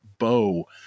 Bow